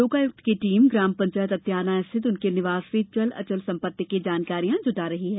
लोकायुक्त की टीम ग्राम पंचायत अत्याना स्थित उनके निवास से चल अचल संपत्ति की जानकारियां जुटा रही है